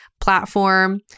platform